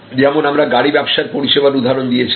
যেমন আমরা গাড়ি ব্যবসার পরিষেবার উদাহরণ দিয়েছিলাম